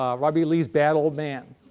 ah robert e. lee's bad old man.